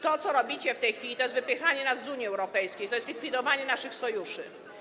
To, co robicie w tej chwili, to jest wypychanie nas z Unii Europejskiej, to jest likwidowanie naszych sojuszy.